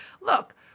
look